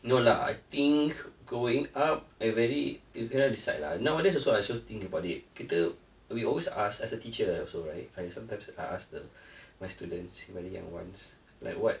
no lah I think growing up I very you cannot decide lah nowadays also I also think about it kita we always ask ask a teacher also right I sometimes I ask the my students very young ones like what